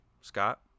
Scott